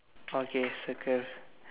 okay circle